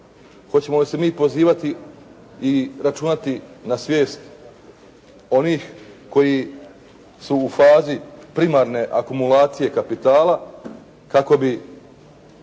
Hoćemo li se mi pozivati i računati na svijest onih koji su u fazi primarne akumulacije kapitala kako bi